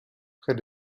près